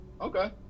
Okay